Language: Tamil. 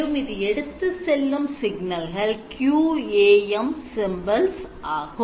மேலும் இது எடுத்துச் செல்லும் சிக்னல்கள் QAM symbols ஆகும்